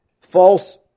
false